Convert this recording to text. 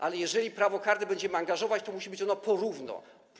Ale jeżeli prawo karne będziemy angażować, to musi to być po równo.